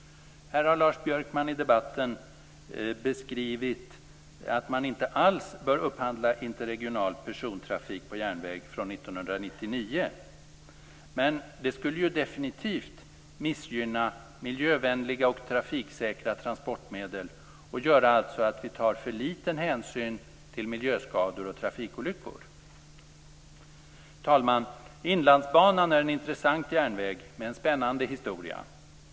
Här har Lars Björkman i debatten sagt att man inte alls bör upphandla interregional persontrafik på järnväg från år 1999. Men det skulle ju definitivt missgynna miljövänliga och trafiksäkra transportmedel och göra att vi tar för liten hänsyn till miljöskador och trafikolyckor. Fru talman! Inlandsbanan är en intressant järnväg med en spännande historia.